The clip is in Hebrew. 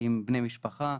עם בני משפחה,